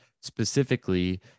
specifically